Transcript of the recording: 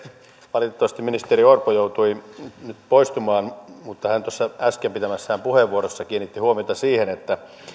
valitettavasti ministeri orpo joutui nyt poistumaan mutta hän tuossa äsken pitämässään puheenvuorossa kiinnitti huomiota siihen että